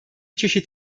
çeşit